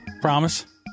Promise